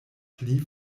pli